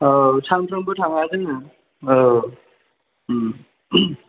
औ सामफ्रोमबो थाङा जोङो औ